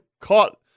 caught